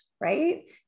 right